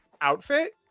outfit